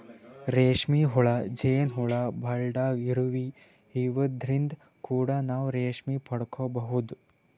ರೇಶ್ಮಿ ಹುಳ, ಜೇನ್ ಹುಳ, ಬುಲ್ಡಾಗ್ ಇರುವಿ ಇವದ್ರಿನ್ದ್ ಕೂಡ ನಾವ್ ರೇಶ್ಮಿ ಪಡ್ಕೊಬಹುದ್